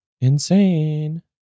insane